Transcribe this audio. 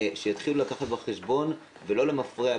שיתחילו לקחת בחשבון ולא למפרע,